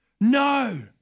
No